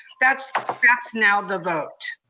that's that's now the vote,